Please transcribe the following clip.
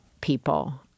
People